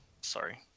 Sorry